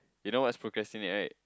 you know what's procrastinate right